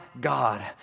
God